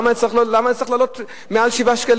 למה זה צריך לעלות מעל 7 שקלים?